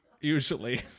usually